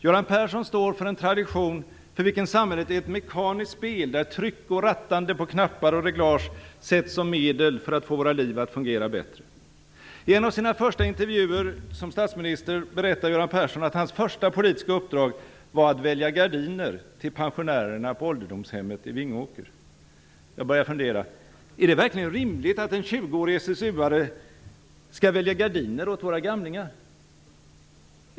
Göran Persson står för en tradition för vilken samhället är ett mekaniskt spel, där tryck och rattande på knappar och reglage ses som medel för att få våra liv att fungera bättre. I en av sina första intervjuer som statsminister berättar Göran Persson att hans första politiska uppdrag var att välja gardiner till pensionärerna på ålderdomshemmet i Vingåker. Jag började fundera: Är det verkligen rimligt att en 20-årig SSU:are skall välja gardiner åt våra gamlingar?